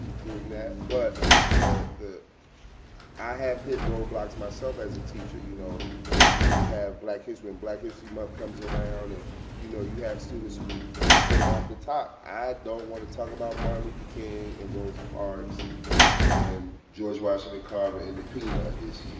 doing that. but the the i have hit robots myself as a teacher. you know when you have black history and black history month comes around you you know you have students who say off the top, i don't want to talk about martin luther king and rosa parks and george washington carver and the peanut